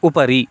उपरि